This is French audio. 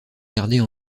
garder